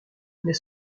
n’est